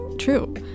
true